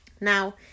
Now